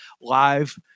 live